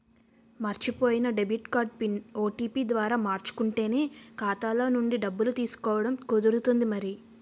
మర్చిపోయిన debit card PIN, OTP ద్వారా మార్చుకుంటేనే ఖాతాలో నుండి డబ్బులు తీసుకోవడం కుదురుతుంది మరి